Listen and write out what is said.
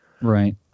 Right